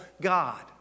God